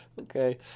okay